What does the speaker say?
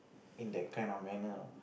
in that kind of manner